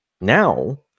Now